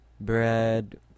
bread